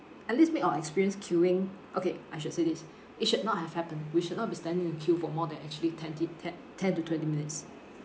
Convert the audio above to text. at least make our experience queuing okay I should say this it should not have happened we should not be standing in the queue for more than actually twenty te~ ten to twenty minutes